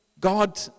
God